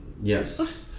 Yes